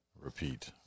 Repeat